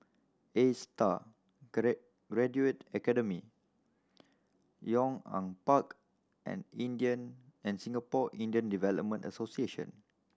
Astar Graduate Academy Yong An Park and Indian and Singapore in the Development Association